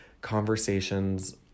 conversations